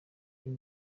uyu